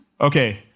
Okay